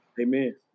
Amen